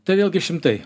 tai vėlgi šimtai